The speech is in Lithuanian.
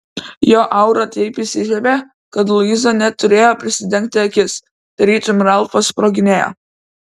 jo aura taip įsižiebė kad luiza net turėjo prisidengti akis tarytum ralfas sproginėjo